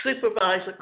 supervisor